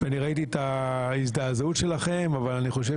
אני ראיתי את ההזדעזעות שלכם אבל אני חושב